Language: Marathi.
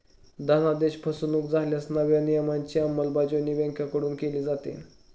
धनादेश फसवणुक झाल्यास नव्या नियमांची अंमलबजावणी बँकांकडून केली जाते